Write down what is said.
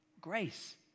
grace